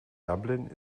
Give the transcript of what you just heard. dublin